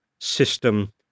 system